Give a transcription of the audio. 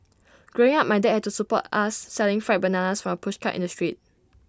growing up my dad had to support us selling fried bananas from A pushcart in the street